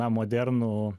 na modernų